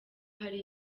hari